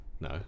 No